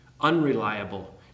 unreliable